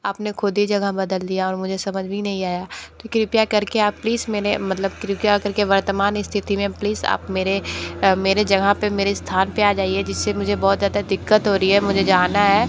आप ने ख़ुद ही जगह बदल दिया और मुझे समझ भी नहीं आया कृपया कर के आप प्लीस मेरे मतलब कृपया कर के वर्तमान स्थिति में प्लीज़ आप मेरे मेरी जगह पर मेरे स्थान पर आ जाइए जिससे मुझे बहुत ज़्यादा दिक्कत हो रही है मुझे जाना है